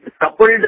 coupled